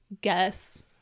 guess